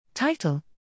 Title